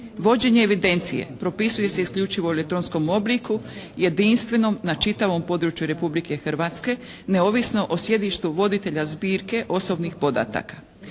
Vođenje evidencije propisuje se isključivo u elektronskom obliku jedinstvenom na čitavom području Republike Hrvatske, neovisno o sjedištu voditelja zbirke osobnih podataka.